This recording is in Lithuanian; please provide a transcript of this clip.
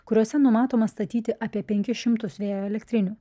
kuriuose numatoma statyti apie penkis šimtus vėjo elektrinių